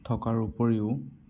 থকাৰ উপৰিও